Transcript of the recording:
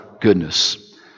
goodness